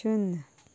शुन्य